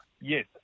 Yes